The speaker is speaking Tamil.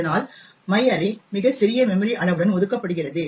இதனால் மை அர்ரே மிகச் சிறிய மெமோரி அளவுடன் ஒதுக்கப்படுகிறது